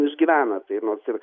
nu išgyvena tai nors ir